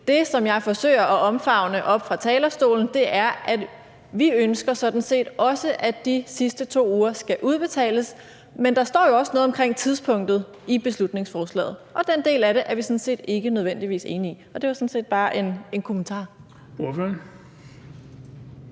Det, som jeg forsøger at omfavne oppe fra talerstolen, er, at vi sådan set også ønsker, at de sidste 2 uger skal udbetales, men der står jo også noget omkring tidspunktet i beslutningsforslaget, og den del af det er vi sådan set ikke nødvendigvis enige i. Det var sådan set bare en kommentar.